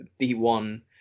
B1